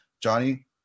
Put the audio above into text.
Johnny